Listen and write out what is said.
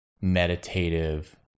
meditative